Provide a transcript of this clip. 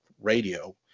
radio